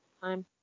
time